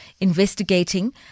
investigating